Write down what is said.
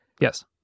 yes